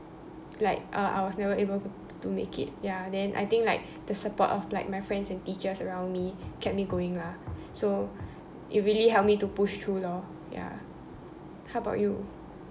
like uh I was never able to to make it ya I think like the support of like my friends and teachers around me kept me going lah so it really helped me to push through lor ya how about you